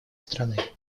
страны